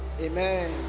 amen